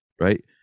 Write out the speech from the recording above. right